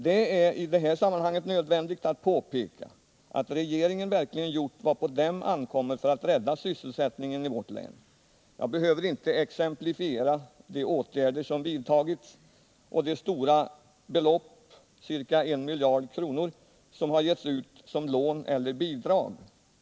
Det är i det här sammanhanget nödvändigt att påpeka att regeringen verkligen gjort vad på den ankommer för att rädda sysselsättningen i vårt län. Jag behöver inte exemplifiera de åtgärder som vidtagits och de stora belopp — ca en miljard kronor — som har getts ut som lån eller bidrag.